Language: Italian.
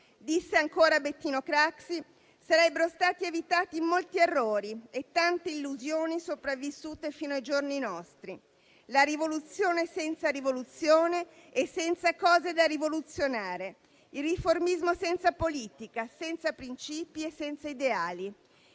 disse ancora Bettino Craxi - «sarebbero stati evitati molti errori e tante illusioni sopravvissute fino ai giorni nostri: la rivoluzione senza rivoluzione e senza cose da rivoluzionare; il riformismo senza politica, senza principi e senza ideali,